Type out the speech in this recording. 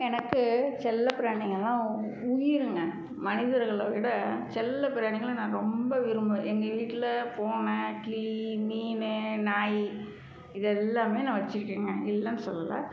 எனக்கு செல்லப்பிராணிங்கன்னால் உயிருங்க மனிதர்களை விட செல்லப்பிராணிகளை நான் ரொம்ப விரும்புவேன் எங்கள் வீட்டில் பூனை கிளி மீன் நாய் இது எல்லாமே நான் வெச்சுருக்கேங்க இல்லைன்னு சொல்லலை